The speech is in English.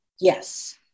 Yes